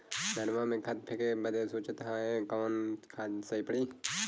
धनवा में खाद फेंके बदे सोचत हैन कवन खाद सही पड़े?